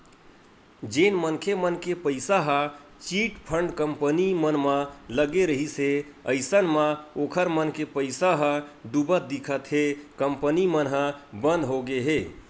जेन मनखे मन के पइसा ह चिटफंड कंपनी मन म लगे रिहिस हे अइसन म ओखर मन के पइसा ह डुबत दिखत हे कंपनी मन ह बंद होगे हे